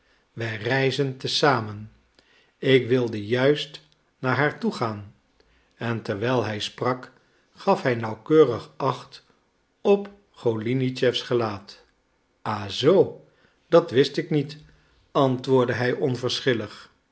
wij reizen te zamen ik wilde juist naar haar toegaan en terwijl hij sprak gaf hij nauwkeurig acht op golinitschefs gelaat ah zoo dat wist ik niet antwoordde hij